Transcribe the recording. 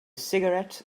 cigarette